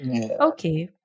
Okay